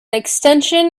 extension